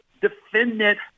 defendant